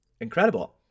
incredible